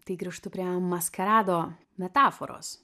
tai grįžtu prie maskarado metaforos